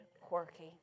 quirky